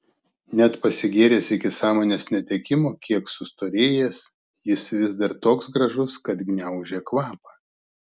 net pasigėręs iki sąmonės netekimo kiek sustorėjęs jis vis dar toks gražus kad gniaužia kvapą